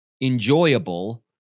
enjoyable